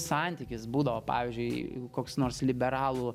santykis būdavo pavyzdžiui koks nors liberalų